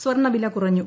സ്വർണ വില കുറഞ്ഞു